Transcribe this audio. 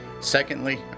Secondly